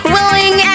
Willing